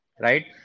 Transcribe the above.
Right